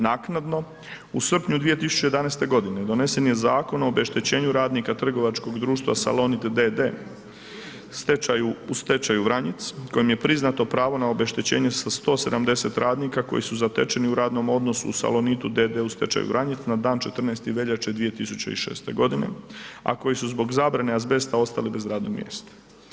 Naknadno u srpnju 2011. godine donesen je Zakon o obeštećenju radnika trgovačkog društva Salonit d.d., u stečaju, u stečaju Vranjic kojem je priznato pravo na obeštećenje sa 170 radnika koji su zatečeni u radnom odnosu u Salonit d.d. u stečaju, Vranjic na dan 14. veljače 2006. g., a koji su zbog zabrane azbesta ostali bez radnih mjesta.